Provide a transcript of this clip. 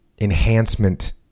enhancement